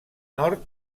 nord